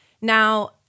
Now